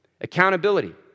Accountability